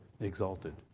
exalted